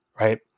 right